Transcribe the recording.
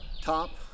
top